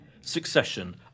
Succession